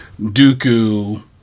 Dooku